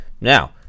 Now